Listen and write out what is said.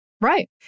Right